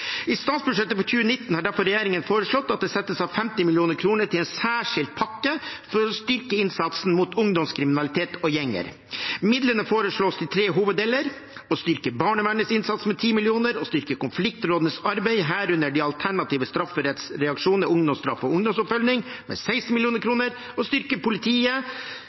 i våre naboland. I statsbudsjettet for 2019 har derfor regjeringen foreslått at det settes av 50 mill. kr til en særskilt pakke for å styrke innsatsen mot ungdomskriminalitet og gjenger. Midlene foreslås fordelt på tre hoveddeler: å styrke barnevernets innsats med 10 mill. kr, å styrke konfliktrådenes arbeid, herunder de alternative strafferettsreaksjonene ungdomsstraff og ungdomsoppfølging, med 16 mill. kr, og å styrke politiet